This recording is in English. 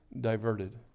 diverted